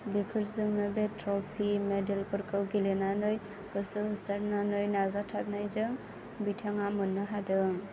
बेफोरजोंनो बे ट्रफि मेडेलफोरखौ गेलेनानै गोसो होसारनानै नाजाथारनायजों बिथाङा मोननो हादों